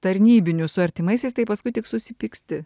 tarnybinių su artimaisiais tai paskui tik susipyksti